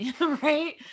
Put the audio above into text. right